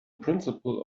principle